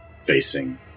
facing